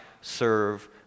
serve